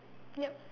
yup